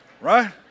Right